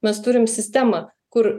mes turim sistemą kur